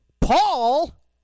Paul